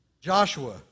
Joshua